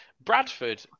Bradford